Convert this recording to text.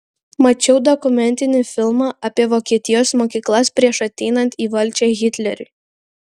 mačiau dokumentinį filmą apie vokietijos mokyklas prieš ateinant į valdžią hitleriui